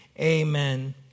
Amen